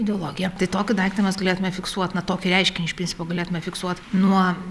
ideologija tai tokį daiktą mes galėtume fiksuot na tokį reiškinį iš principo galėtume fiksuot nuo